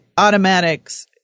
automatics